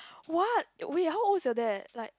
what wait how old is your dad like